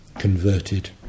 Converted